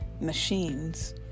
machines